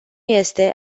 este